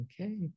Okay